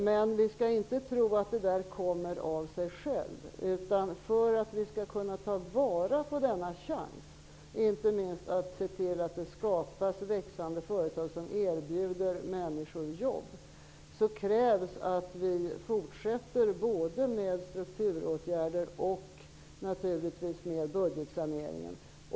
Men vi skall inte tro att detta kommer av sig självt, utan för att vi skall kunna ta vara på denna chans och inte minst se till att skapas växande företag som erbjuder människor jobb, så krävs det att vi fortsätter både med strukturåtgärder och naturligtvis med budgetsaneringen.